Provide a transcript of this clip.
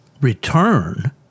return